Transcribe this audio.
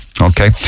Okay